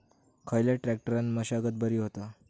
खयल्या ट्रॅक्टरान मशागत बरी होता?